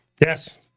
Yes